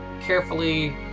carefully